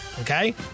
Okay